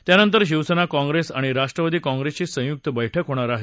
त्यानंतर शिवसेना काँप्रेस आणि राष्ट्रवादी काँप्रेसची संयुक्त बव्हिक होणार आहे